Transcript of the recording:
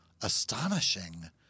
astonishing